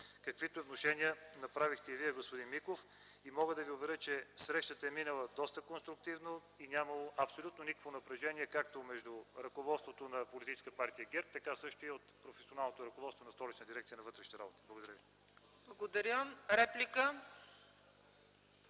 каквито внушения направихте и Вие, господин Миков, и мога да Ви уверя, че срещата е минала доста конструктивно и е нямало абсолютно никакво напрежение както между ръководството на Политическа партия ГЕРБ, също така и от професионалното ръководство на Столична дирекция на вътрешните работи. Благодаря Ви.